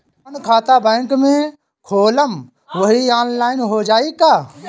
जवन खाता बैंक में खोलम वही आनलाइन हो जाई का?